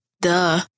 Duh